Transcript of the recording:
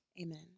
Amen